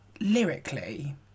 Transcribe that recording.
lyrically